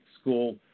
school